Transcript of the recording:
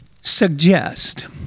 suggest